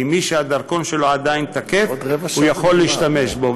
כי מי שהדרכון שלו עדיין תקף יכול להשתמש בו.